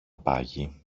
πάγει